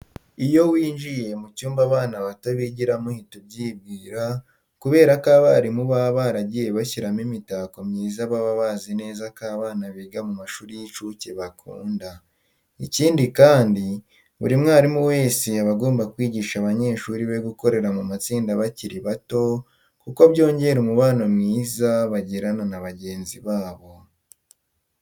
Iyo winjiye mu cyumba abana bato bigiramo uhita ubyibwira kubera ko abarimu baba baragiye bashyiramo imitako myiza baba bazi neza ko abana biga mu mashuri y'incuke bakunda. Ikindi kandi, buri mwarimu wese aba agomba kwigisha abanyeshuri be gukorera mu matsinda bakiri bato kuko byongera umubano mwiza bagirana na bagenzi babo.